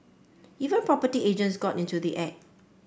even property agents got into the act